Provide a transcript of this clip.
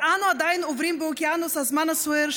ואנו עדיין עוברים באוקיאנוס הזמן הסוער,